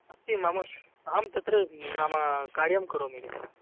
अस्ति मम अहं तत्र नाम कार्यं करोमि किञ्चित्